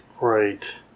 Right